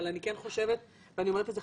אבל אני כן חושבת ואני אומרת את זה,